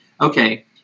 Okay